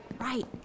right